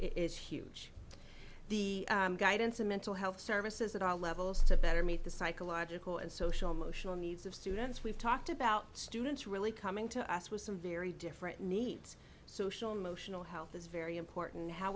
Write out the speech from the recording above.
is huge the guidance of mental health services that all levels to better meet the psychological and social emotional needs of students we've talked about students really coming to us with some very different needs social emotional health is very important how